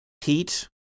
heat